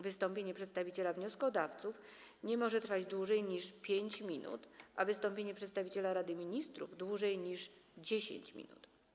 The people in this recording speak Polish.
Wystąpienie przedstawiciela wnioskodawców nie może trwać dłużej niż 5 minut, a wystąpienie przedstawiciela Rady Ministrów - dłużej niż 10 minut.